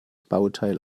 bauteil